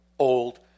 Old